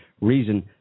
reason